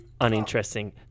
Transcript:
uninteresting